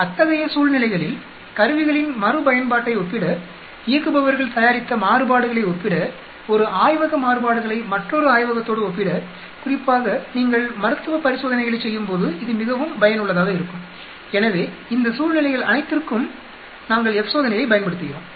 அத்தகைய சூழ்நிலைகளில் கருவிகளின் மறுபயன்பாட்டை ஒப்பிட இயக்குபவர்கள் தயாரித்த மாறுபாடுகளை ஒப்பிட ஒரு ஆய்வக மாறுபாடுகளை மற்றொரு ஆய்வகத்தோடு ஒப்பிட குறிப்பாக நீங்கள் மருத்துவ பரிசோதனைகளைச் செய்யும்போது இது மிகவும் பயனுள்ளதாக இருக்கும் எனவே இந்த சூழ்நிலைகள் அனைத்திற்கும் நாங்கள் F சோதனையையும் பயன்படுத்துகிறோம்